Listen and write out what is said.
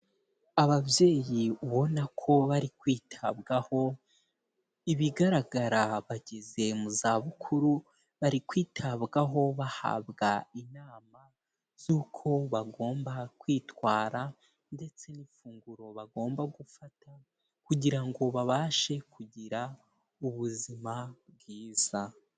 Ababyeyi ubona ko bari kwitabwaho, ibigaragara bageze mu zabukuru, bari kwitabwaho bahabwa inama z'uko bagomba kwitwara, ndetse n'ifunguro bagomba gufata, kugira ngo babashe kugira ubuzima bwiza.